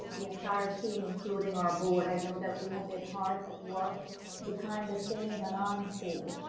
the entire team, including our board. i know that we have been hard at work behind the scenes and on-scene,